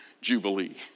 jubilee